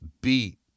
beat